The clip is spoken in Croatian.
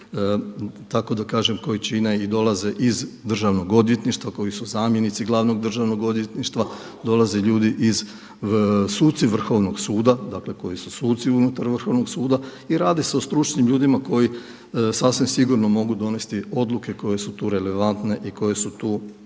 tako da kažem koji čine i dolaze iz državnog odvjetništva koji su zamjenici glavnog državnog odvjetništva, dolaze ljudi suci Vrhovnog suda, dakle koji su suci unutar Vrhovnog suda i radi se o stručnim ljudima koji sasvim sigurno mogu donesti odluke koje su tu relevantne i koje su tu